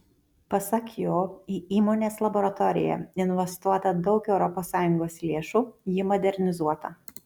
pasak jo į įmonės laboratoriją investuota daug europos sąjungos lėšų ji modernizuota